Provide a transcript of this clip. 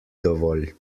dovolj